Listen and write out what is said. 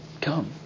Come